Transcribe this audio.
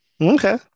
Okay